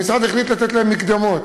המשרד החליט לתת להם מקדמות.